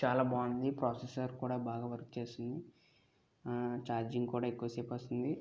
చాల బాగుంటుంది ప్రోసెస్సర్ కూడా బాగా వర్క్ చేస్తుంది ఆ ఛార్జింగ్ కూడా ఎక్కువసేపు వస్తుంది